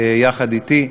יחד אתי.